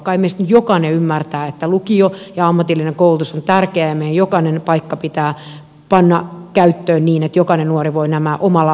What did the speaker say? kai meistä nyt jokainen ymmärtää että lukio ja ammatillinen koulutus on tärkeää ja meidän jokainen paikka pitää panna käyttöön niin että jokainen nuori voi nämä omalla asuinalueellaan suorittaa